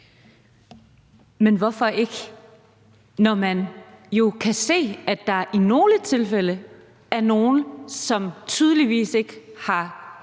Men hvorfor ikke? Man kan jo se, at der i nogle tilfælde er nogle, som tydeligvis ikke har